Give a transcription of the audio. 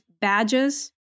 badges